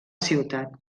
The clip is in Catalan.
ciutat